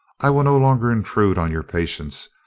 i will not longer intrude on your patience,